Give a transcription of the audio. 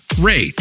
rate